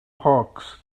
hawks